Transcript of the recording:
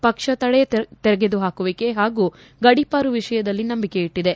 ಪಕ್ಷ ತಡೆ ತೆಗೆದು ಹಾಕುವಿಕೆ ಹಾಗೂ ಗಡಿಪಾರು ವಿಷಯದಲ್ಲಿ ನಂಬಿಕೆಯಿಟ್ಟದೆ